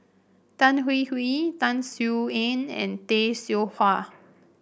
Tan Hwee Hwee Tan Sin Aun and Tay Seow Huah